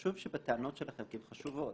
חשוב שבטענות שלכם שהן חשובות.